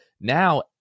Now